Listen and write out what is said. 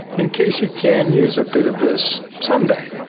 in case you can use a bit of this someday.